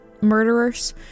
murderers